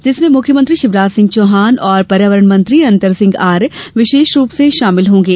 जिसमें मुख्यमंत्री शिवराज सिंह चौहान और पर्यावरण मंत्री अंतरसिंह आर्य विशेष रूप से शामिल होंगे